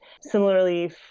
similarly